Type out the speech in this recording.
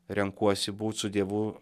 renkuosi būt su dievu